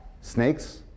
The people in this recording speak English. snakes